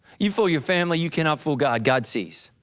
you fool your family, you cannot fool god, god sees.